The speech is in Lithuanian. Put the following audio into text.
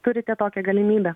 turite tokią galimybę